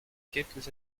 quelques